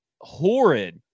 horrid